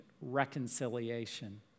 reconciliation